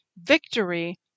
victory